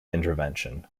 intervention